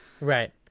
Right